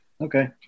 okay